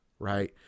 Right